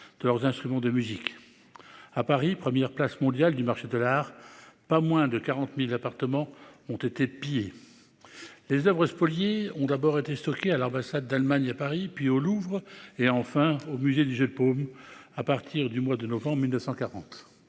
de leurs instruments de musique. À Paris, première place mondiale du marché de l'art. Pas moins de 40.000 appartements ont été pillés. Les Oeuvres spoliées ont d'abord été stockés à l'ambassade d'Allemagne à Paris puis au Louvre et enfin au musée du Jeu de Paume. À partir du mois de novembre 1940.